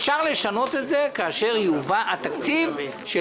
אפשר לשנות את זה כאשר יובא התקציב של